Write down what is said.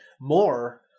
more